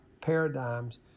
paradigms